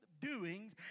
doings